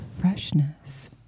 freshness